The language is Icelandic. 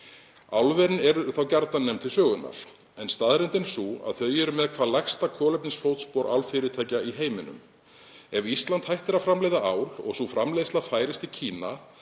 Álverin eru þá gjarnan nefnd til sögunnar, en staðreyndin er sú að þau eru með hvað lægsta kolefnisfótspor álfyrirtækja í heiminum. Ef Ísland hættir að framleiða ál og sú framleiðsla færist til Kína